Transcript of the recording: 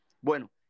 Bueno